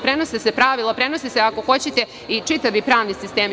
Prenose se pravila, prenose se, ako hoćete, i čitavi pravni sistemi.